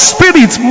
Spirit